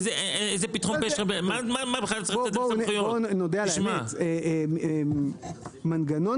זה בדיוק העניין אצלנו, יש הערות של בעלי קרקע,